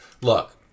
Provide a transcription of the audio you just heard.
Look